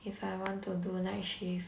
if I want to do night shift